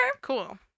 Cool